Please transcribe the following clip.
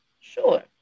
Sure